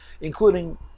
including